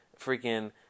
freaking